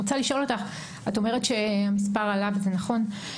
את אומרת שהמספר עלה וזה נכון,